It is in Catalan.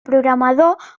programador